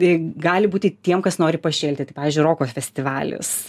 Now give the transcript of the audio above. gali būti tiem kas nori pašėlti tai pavyzdžiui roko festivalis